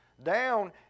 down